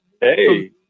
Hey